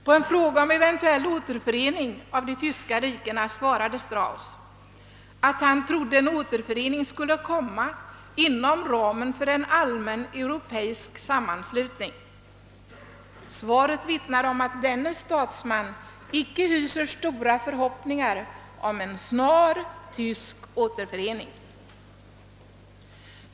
På en fråga om en eventuell återförening av de tyska rikena svarade han, att han trodde att en återförening skulle komma inom ramen för en allmän europeisk sammanslutning. Svaret vittnar om att denne statsman icke hyser stora förhoppningar om en snar tysk återförening.